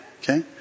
okay